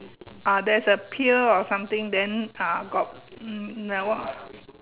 ah there's a pier or something then uh got um um like what